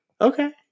Okay